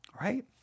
right